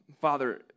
Father